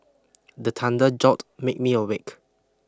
the thunder jolt make me awake